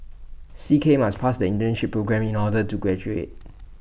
C K must pass the internship programme in order to graduate